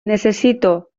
necessito